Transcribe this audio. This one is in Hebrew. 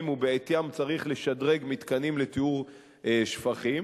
ובעטיים צריך לשדרג מתקנים לטיהור שפכים.